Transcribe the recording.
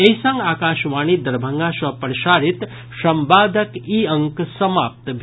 एहि संग आकाशवाणी दरभंगा सँ प्रसारित संवादक ई अंक समाप्त भेल